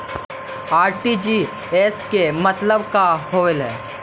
RTGS के मतलब का होव हई?